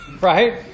right